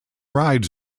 ride